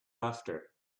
after